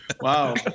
Wow